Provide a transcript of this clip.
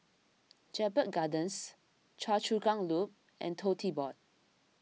Jedburgh Gardens Choa Chu Kang Loop and Tote Board